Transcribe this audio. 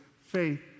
faith